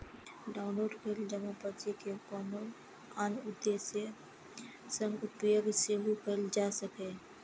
download कैल जमा पर्ची के कोनो आन उद्देश्य सं उपयोग सेहो कैल जा सकैए